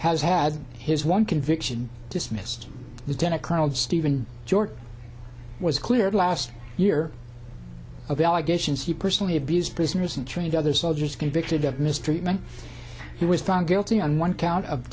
has had his one conviction dismissed the ten a colonel steven george was cleared last year of allegations he personally abused prisoners and trained other soldiers convicted of mistreatment he was found guilty on one count of